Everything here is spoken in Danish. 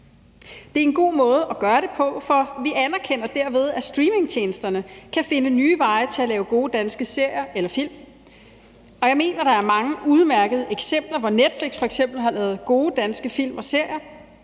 Det er en god måde at gøre det på, for vi anerkender derved, at streamingtjenesterne kan finde nye veje til at lave gode danske serier eller film, og jeg mener, at der er mange udmærkede eksempler, hvor Netflix f.eks. har lavet gode danske film og serier.